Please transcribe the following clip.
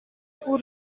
who